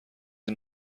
این